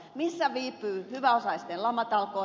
missä viipyvät hyväosaisten lamatalkoot